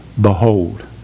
Behold